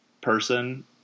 person